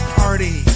party